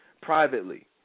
privately